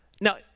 Now